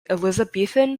elizabethan